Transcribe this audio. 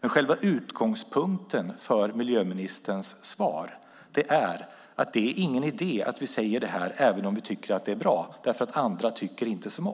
Men själva utgångspunkten för miljöministerns svar är att det inte är någon idé att vi säger det här, även om vi tycker att det är bra, för andra tycker inte som